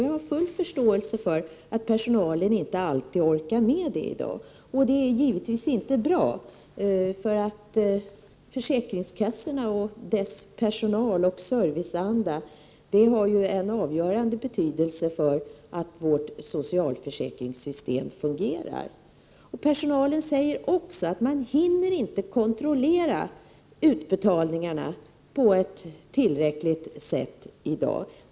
Jag har full förståelse för att personalen i dag inte alltid orkar med det, men det är givetvis inte bra. Försäkringskassornas personal och deras serviceanda har ju en avgörande betydelse för vårt socialförsäkringssystems funktion. Personalen säger också att den i dag inte tillräckligt hinner kontrollera utbetalningarna.